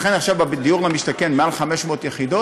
לכן עכשיו, במחיר למשתכן, מעל 500 יחידות,